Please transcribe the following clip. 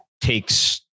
takes